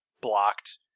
blocked